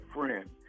friend